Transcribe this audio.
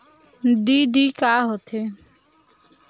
DD का होथे?